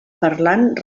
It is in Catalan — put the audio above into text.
parlant